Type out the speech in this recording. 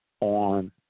on